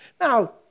now